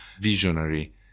visionary